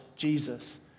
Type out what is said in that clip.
Jesus